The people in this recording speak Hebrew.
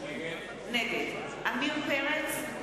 נגד עמיר פרץ,